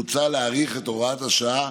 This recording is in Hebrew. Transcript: מוצע להאריך את הוראת השעה